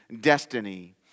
destiny